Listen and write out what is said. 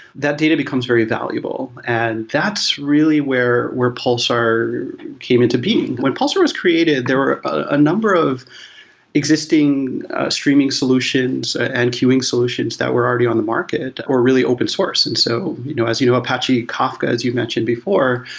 that data becomes very valuable. and that's really where pulsar came into being. when pulsar was created, there were a number of existing streaming solutions and queueing solutions that were already on the market, or really open source and so you know you know apache kafka as you've mentioned before,